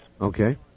Okay